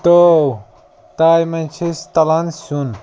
تٲو تایہِ منٛز چھِ أسۍ تَلان سیُن